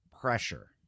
Pressure